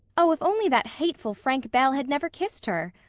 oh, if only that hateful frank bell had never kissed her!